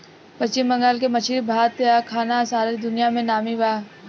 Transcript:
पश्चिम बंगाल के मछली भात आ खाना सारा दुनिया में नामी बा